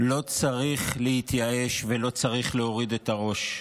לא צריך להתייאש ולא צריך להוריד את הראש.